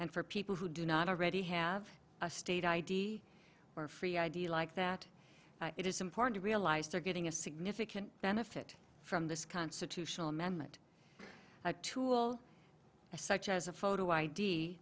and for people who do not already have a state id or free id like that it is important to realize they're getting a significant benefit from this constitutional amendment a tool as such as a photo i